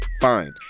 fine